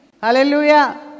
Hallelujah